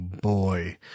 boy